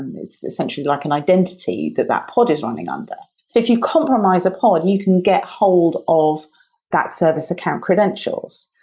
it's essentially like an identity that that pod is running under. so if you compromise a pod, you can get hold of that service account credentials,